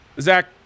Zach